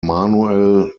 manuel